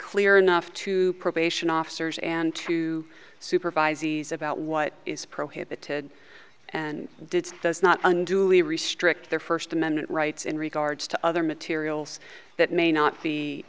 clear enough to probation officers and to supervise these about what is prohibited and did does not unduly restrict their first amendment rights in regards to other materials that may not be